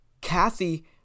Kathy